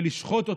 ולשחוט אותו.